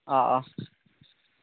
অ অ